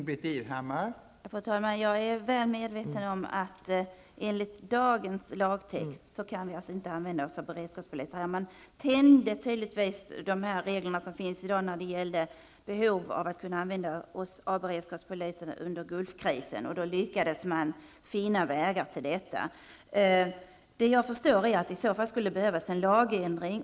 Fru talman! Jag är väl medveten om att vi enligt dagens lagtext inte kan använda oss av beredskapspolis. Man tänjde tydligen på de regler som finns i dag när det uppstod behov av att använda beredskapspolisen under Gulf-krisen. Då lyckades man finna vägar för detta. Jag förstår att det skulle behövas en lagändring.